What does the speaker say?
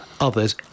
others